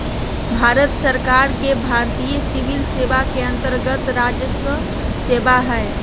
भारत सरकार के भारतीय सिविल सेवा के अन्तर्गत्त राजस्व सेवा हइ